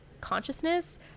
consciousness